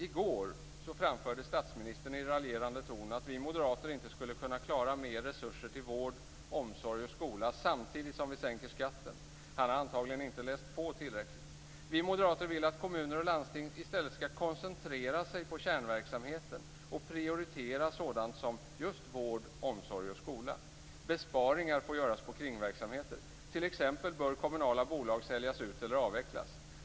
I går framförde statsministern i raljerande ton att vi moderater inte skulle kunna klara mer resurser till vård, omsorg och skola samtidigt som vi sänker skatten. Han har antagligen inte läst på tillräckligt. Vi moderater vill att kommuner och landsting i stället skall koncentrera sig på kärnverksamheten och prioritera sådant som just vård, omsorg och skola. Besparingar får göras på kringverksamheter. T.ex. bör kommunala bolag säljas ut eller avvecklas.